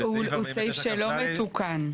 הוא סעיף שלא מתוקן.